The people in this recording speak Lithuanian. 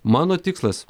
mano tikslas